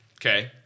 Okay